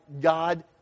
God